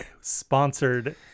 sponsored